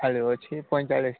ଆଳୁ ଅଛି ପଇଁଚାଳିଶ